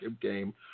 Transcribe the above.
game